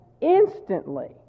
instantly